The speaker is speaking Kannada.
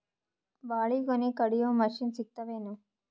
ಬಾಳಿಗೊನಿ ಕಡಿಯು ಮಷಿನ್ ಸಿಗತವೇನು?